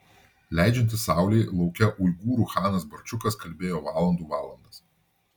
leidžiantis saulei lauke uigūrų chanas barčiukas kalbėjo valandų valandas